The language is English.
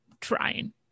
trying